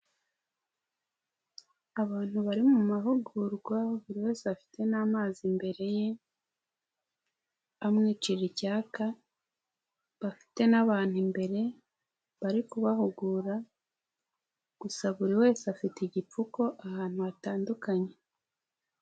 Abantu bari mu mahugurwa buri wese afite n'amazi imbere ye, amwicira icyaka bafite n'abantu mbere, bari kubahugura, gusa buri wese afite igipfuko ahantu hatandukanye.